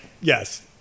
Yes